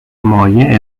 مایه